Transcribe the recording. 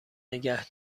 نگه